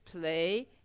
play